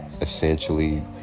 essentially